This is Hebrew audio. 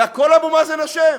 בכול אבו מאזן אשם?